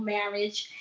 marriage.